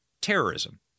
terrorism